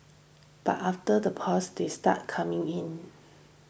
but after the pause they start coming in